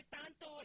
tanto